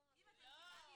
לא.